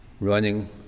Running